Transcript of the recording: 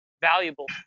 valuable